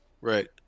Right